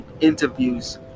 interviews